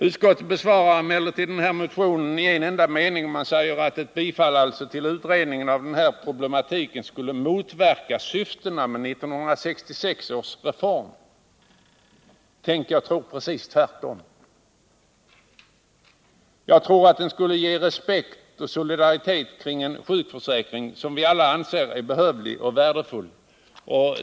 Utskottet besvarade emellertid motionen i en enda mening och säger att ett bifall till kravet om utredning av den här problematiken skulle motverka syftena med 1966 års reform. — Tänk, jag tror precis tvärtom. Jag tror att den skulle ge respekt för och skapa solidaritet kring en sjukförsäkring som vi alla anser är behövlig och värdefull.